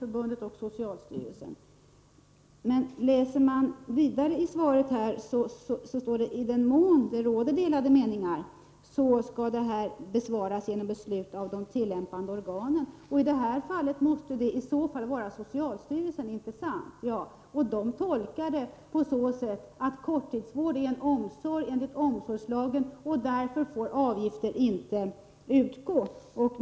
Om man läser socialministerns svar finner man att det i slutet av svaret står: ”I den mån det råder delade meningar om innebörden av de nuvarande bestämmelserna får frågan på vanligt sätt besvaras genom beslut av de tillämpande organen.” I det här fallet måste det vara socialstyrelsen det är fråga om, och socialstyrelsen tolkar bestämmelserna så att korttidsvård är en omsorg enligt omsorgslagen och att avgift därför inte får uttas.